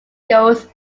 goes